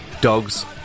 dogs